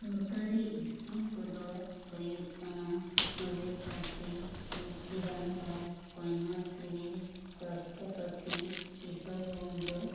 ᱥᱚᱨᱠᱟᱨᱤ ᱥᱠᱤᱢ ᱠᱚᱫᱚ ᱦᱩᱭᱩᱜ ᱠᱟᱱᱟ ᱥᱩᱵᱩᱡᱽ ᱥᱟᱹᱛᱷᱤ ᱞᱚᱠᱠᱷᱤ ᱵᱷᱟᱱᱰᱟᱨ ᱠᱚᱭᱱᱟᱨᱥᱨᱤ ᱥᱟᱥᱛᱟ ᱥᱟᱹᱛᱷᱤ ᱠᱤᱥᱚᱠ ᱵᱩᱱᱫᱷᱩ